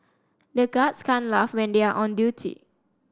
the guards can't laugh when they are on duty